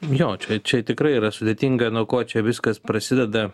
jo čia čia tikrai yra sudėtinga nuo ko čia viskas prasideda